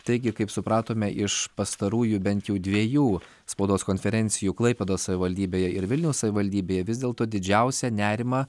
taigi kaip supratome iš pastarųjų bent jų dviejų spaudos konferencijų klaipėdos savivaldybėje ir vilniaus savivaldybėje vis dėlto didžiausią nerimą